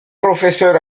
professeur